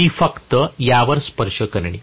मी फक्त यावरच स्पर्श करेन